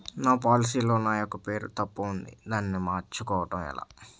నా పోలసీ లో నా యెక్క పేరు తప్పు ఉంది దానిని మార్చు కోవటం ఎలా?